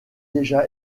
déjà